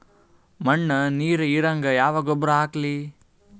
ಮಣ್ಣ ನೀರ ಹೀರಂಗ ಯಾ ಗೊಬ್ಬರ ಹಾಕ್ಲಿ?